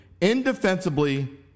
indefensibly